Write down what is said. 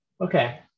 okay